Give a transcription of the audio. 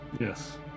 Yes